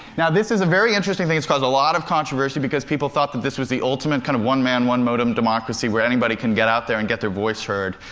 now this is a very interesting thing. it's caused a lot of controversy because people thought that this was the ultimate kind of one man, one modem democracy, where anybody can get out there and get their voice heard.